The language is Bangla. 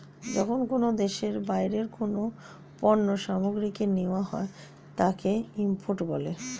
যখন কোনো দেশে বাইরের কোনো পণ্য সামগ্রীকে নেওয়া হয় তাকে ইম্পোর্ট বলে